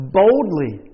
boldly